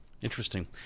Interesting